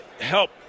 help